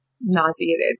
nauseated